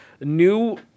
new